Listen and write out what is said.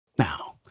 Now